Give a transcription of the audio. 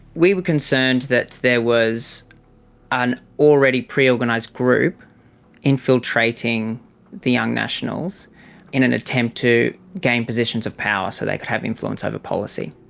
we were concerned that there was an already pre-organised group infiltrating the young nationals in an attempt to gain positions of power so they could have influence over policy.